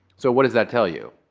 so what does that tell you?